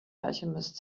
alchemist